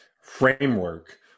framework